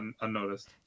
unnoticed